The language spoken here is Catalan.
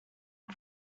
amb